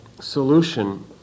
solution